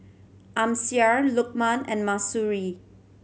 Amsyar Lukman and Mahsuri